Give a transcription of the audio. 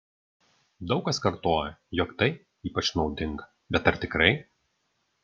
daug kas kartoja jog tai ypač naudinga bet ar tikrai